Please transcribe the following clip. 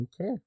Okay